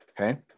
Okay